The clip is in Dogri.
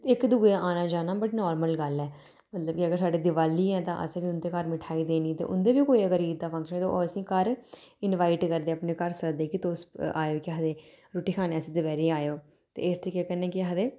इक्क दूऐ दे आना जाना बट नॉर्मल गल्ल ऐ तेअगर साढ़े घर दिवाली ऐ ते असें बी उंदे घर मिठाई देनी ते उंदे बी अगर कोई ईद दा फंक्शन ते ओह् असें ई घर इनवाईट करदे ते असें ई अपने घर सददे कि तुस आएओ केह् आखदे रुट्टी खाने आस्तै दपैह्री आएओ ते इस तरीके कन्नै केह् आखदे